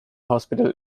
hospital